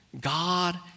God